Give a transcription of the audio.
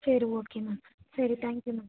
சரி okay ma'am சரி thank you ma'am